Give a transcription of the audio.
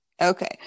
okay